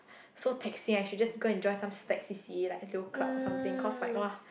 so taxing I should just go and join some slack C_C_A like L_E_O club or something cause like [wah]